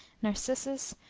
narcissus,